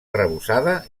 arrebossada